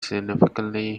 significantly